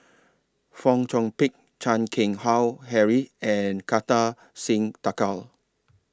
Fong Chong Pik Chan Keng Howe Harry and Kartar Singh Thakral